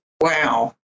Wow